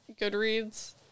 Goodreads